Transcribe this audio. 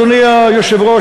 אדוני היושב-ראש,